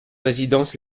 résidence